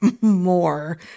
more